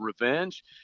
revenge